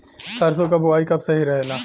सरसों क बुवाई कब सही रहेला?